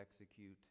execute